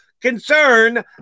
concern